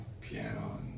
piano